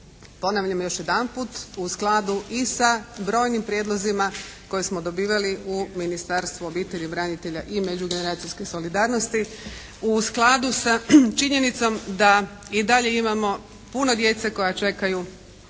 Ponavljam još jedanput u skladu i sa brojnim prijedlozima koje smo dobivali u Ministarstvu obitelji, branitelja i međugeneracijske solidarnosti, u skladu sa činjenicom da i dalje imamo puno djece koja čekaju